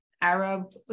Arab